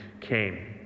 came